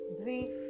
brief